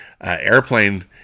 Airplane